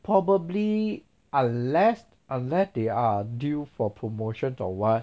probably unless unless they are due for promotion or what